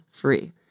free